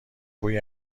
بوی